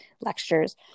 lectures